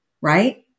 Right